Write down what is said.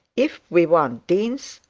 if we want deans,